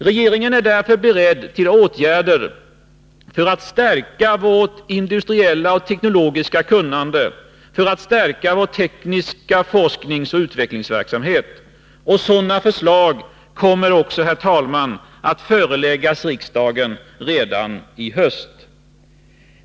Regeringen är därför beredd till åtgärder för att stärka vårt industriella och teknologiska kunnande, för att stärka vår tekniska forskningsoch utveck lingsverksamhet. Sådana förslag kommer också, herr talman, att föreläggas riksdagen redan i höst.